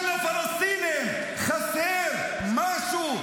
רק לפלסטינים חסר משהו,